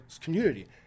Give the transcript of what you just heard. community